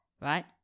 Right